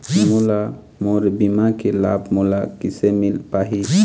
मोला मोर बीमा के लाभ मोला किसे मिल पाही?